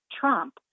Trump